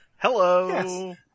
Hello